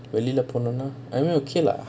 வெளில போணும்னா:velila ponumnaa I mean okay lah